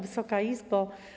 Wysoka Izbo!